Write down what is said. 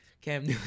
Cam